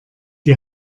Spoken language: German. die